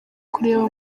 kureba